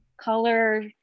color